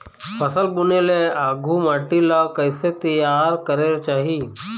फसल बुने ले आघु माटी ला कइसे तियार करेक चाही?